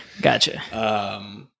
Gotcha